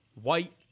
White